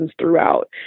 throughout